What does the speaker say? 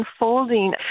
unfolding